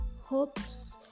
hopes